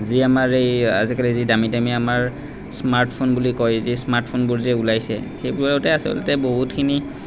যি আমাৰ এই আজিকালি যি দামী দামী আমাৰ স্মাৰ্ট ফোন বুলি কয় যে স্মাৰ্টফোনবোৰ যে ওলাইছে সেইবোৰতে আচলতে বহুতখিনি